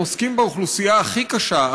הם עוסקים באוכלוסייה הכי קשה,